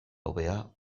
hobea